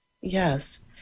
yes